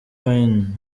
payne